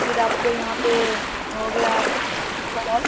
फ़िर आपको यहाँ पर हो गया सुपौल